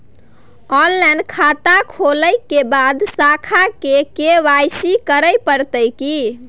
Online खाता खोलै के बाद शाखा में के.वाई.सी करे परतै की?